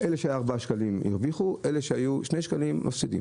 אזי אלה ששילמו 4 שקלים הרוויחו ואלה ששילמו 2 שקלים הפסידו.